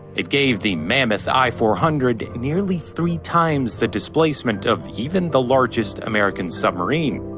it gave the mammoth i four hundred nearly three times the displacement of even the largest american submarine.